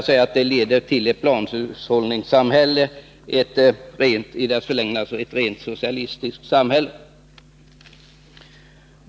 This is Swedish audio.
Detta leder till ett planhushållningssamhälle, i förlängningen ett rent socialistiskt samhälle.